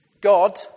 God